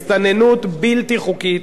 הסתננות בלתי חוקית,